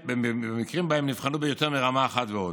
במקרים שבהם נבחנו ביותר מרמה אחת ועוד.